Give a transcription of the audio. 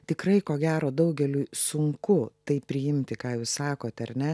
tikrai ko gero daugeliui sunku tai priimti ką jūs sakote ar ne